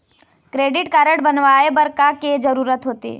Credit card बनवाए बर का के जरूरत होते?